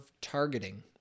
targeting